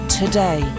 today